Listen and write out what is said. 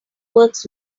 works